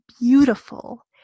beautiful